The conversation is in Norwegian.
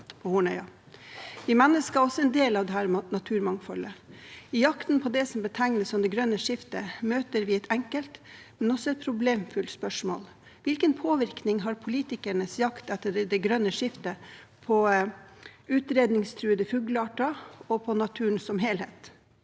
Vi mennesker er også en del av dette naturmangfoldet. I jakten på det som betegnes som det grønne skiftet, møter vi et enkelt, men også problemfylt spørsmål: Hvilken påvirkning har politikernes jakt etter det grønne skiftet på utryddingstruede fuglearter og på naturen som helhet?